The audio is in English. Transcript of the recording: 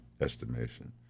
estimation